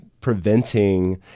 preventing